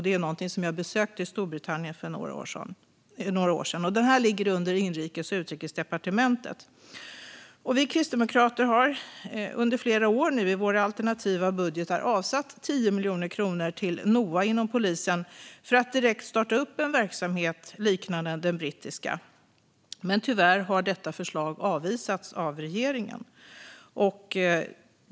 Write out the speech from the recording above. Det är någonting som jag besökte i Storbritannien för några år sedan. Det ligger under inrikes och utrikesdepartementet. Vi kristdemokrater har under flera år nu i våra alternativa budgetar avsatt 10 miljoner kronor till NOA inom polisen för att direkt starta en verksamhet liknande den brittiska. Men tyvärr har detta avvisats av regeringen.